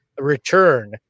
return